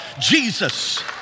Jesus